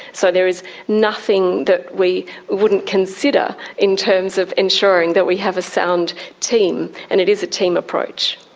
so there's nothing that we wouldn't consider in terms of ensuring that we have a sound team, and it is a team approach.